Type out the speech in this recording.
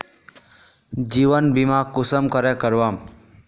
जीवन बीमा कुंसम करे करवाम?